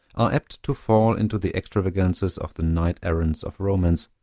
are apt to fall into the extravagances of the knight-errants of romance,